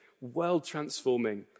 world-transforming